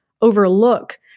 overlook